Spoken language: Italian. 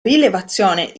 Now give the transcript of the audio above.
rilevazione